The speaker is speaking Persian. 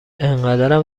انقدرام